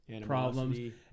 problems